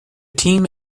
team